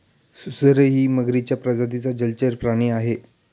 सुसरही मगरीच्या प्रजातीचा जलचर प्राणी आहे